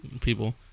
people